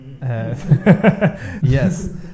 Yes